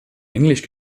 englisch